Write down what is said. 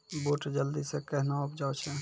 बूट जल्दी से कहना उपजाऊ छ?